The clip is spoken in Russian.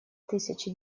тысяча